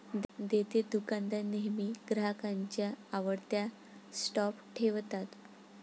देतेदुकानदार नेहमी ग्राहकांच्या आवडत्या स्टॉप ठेवतात